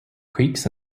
creeks